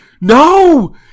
no